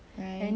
right